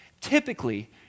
Typically